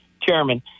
chairman